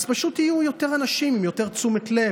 אז פשוט יהיו יותר אנשים, יותר תשומת לב.